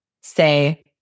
say